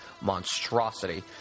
monstrosity